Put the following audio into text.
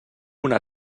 una